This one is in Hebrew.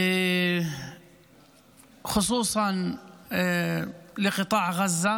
במיוחד לרצועת עזה,